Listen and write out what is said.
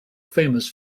famous